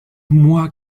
moi